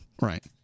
Right